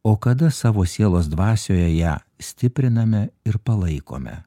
o kada savo sielos dvasioje ją stipriname ir palaikome